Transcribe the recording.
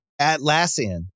Atlassian